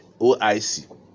OIC